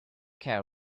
care